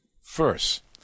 First